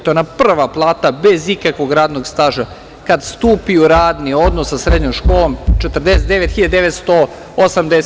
To je ona prva plata bez ikakvog radnog staža, kad stupi u radni odnos sa srednjom školom – 49.980 dinara.